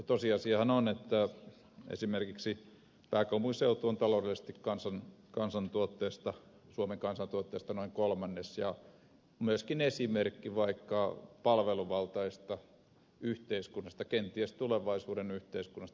tosiasiahan on että esimerkiksi c aikomus seltun talon pääkaupunkiseudulla on esimerkiksi taloudellisesti suomen kansantuotteesta noin kolmannes ja se on myöskin esimerkki vaikkapa palveluvaltaisesta yhteiskunnasta kenties tulevaisuuden yhteiskunnasta